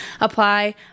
apply